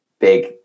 big